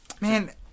Man